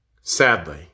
Sadly